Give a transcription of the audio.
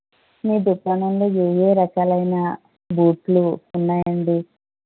నేను చెప్తానండి ఏ ఏ రకాలు అయిన బూట్లు ఉన్నాయండి